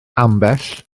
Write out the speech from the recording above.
ambell